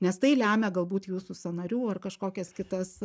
nes tai lemia galbūt jūsų sąnarių ar kažkokias kitas